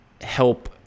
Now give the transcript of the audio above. help